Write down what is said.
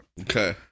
Okay